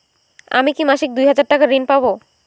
আমি কি মাসিক দুই হাজার টাকার ঋণ পাব?